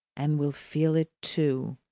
and will feel it too,